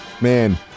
Man